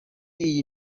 iyi